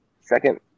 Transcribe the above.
Second